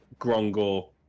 Grongor